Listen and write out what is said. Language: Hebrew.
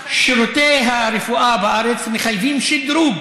שירותי הרפואה בארץ מחייבים שדרוג,